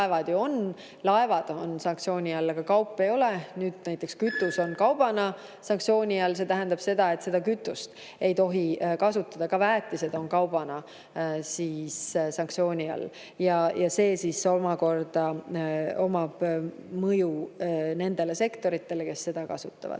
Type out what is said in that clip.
laevad on sanktsiooni all, kaup ei ole. Samas kütus on kaubana sanktsiooni all ja see tähendab seda, et seda kütust ei tohi kasutada. Ka väetised on kaubana sanktsiooni all ja sel on mõju nendele sektoritele, kes seda kasutavad.